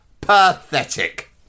Pathetic